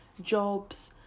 jobs